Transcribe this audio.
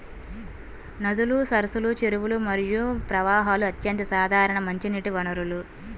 నదులు, సరస్సులు, చెరువులు మరియు ప్రవాహాలు అత్యంత సాధారణ మంచినీటి వనరులు